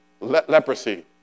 Leprosy